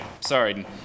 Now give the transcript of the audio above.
sorry